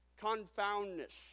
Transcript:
Confoundness